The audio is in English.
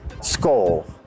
skull